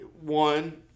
one